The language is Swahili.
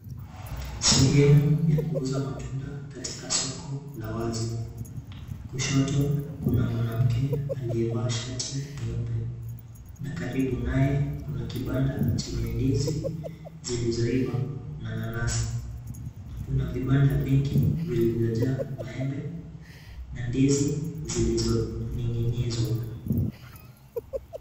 Sehemu ya kuuza matunda katika soko la wazi. Kushoto, kuna mwanamke aliyevaa shati nyeupe, na karibu naye kuna kibanda, chenye ndizi zilizoiva, na nanasi. Kuna vibanda vingi, vilivyojaa maembe, na ndizi zilizoning'inizwa.